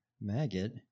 maggot